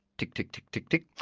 tick tick tick tick tick.